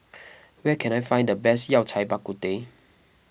where can I find the best Yao Cai Bak Kut Teh